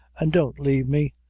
an' don't lave me,